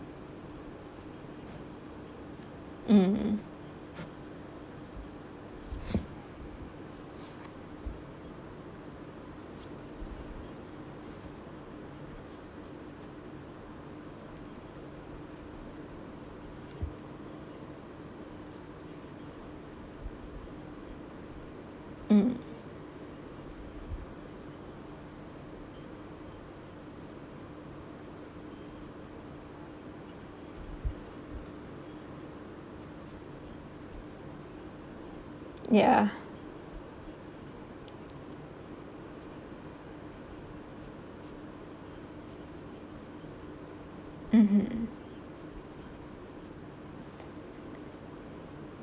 mmhmm mmhmm ya mmhmm